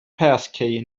passkey